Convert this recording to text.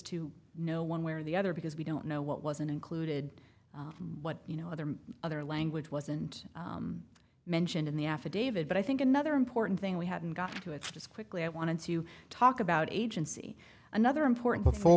to know one way or the other because we don't know what wasn't included what you know other than other language wasn't mentioned in the affidavit but i think another important thing we haven't gotten to it's just quickly i want to talk about agency another important before